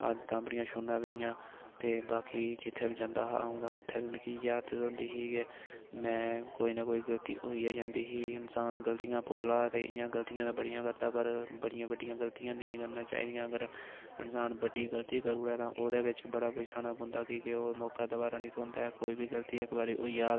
आदतां बड़ी छोड़ना पेइयां ते बाकी जित्थें बी जंदा हा अ'ऊं तां उत्थें बी मिगी इयै आदत होंदी ही कि में कोई न कोई गलती होई जंदी ही इंसान गलतियें दा पुतला ऐ ते इ'यां गलतियां ते बड़ियां करदा पर बड़ियां बड्डियां गलतियां नेईं करनी चाहि्दियां अगर इंसान बड्डी गलती करी ओड़ै तां ओह्दे बिच्च बड़ा पछताना पौंदा कि के ओह् मौका दबारा नी थ्होंदा ऐ कोई बी गलती इक बारी होई जां तां